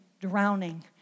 drowning